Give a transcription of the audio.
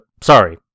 Sorry